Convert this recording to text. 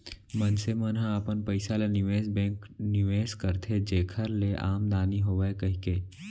मनसे मन ह अपन पइसा ल निवेस बेंक निवेस करथे जेखर ले आमदानी होवय कहिके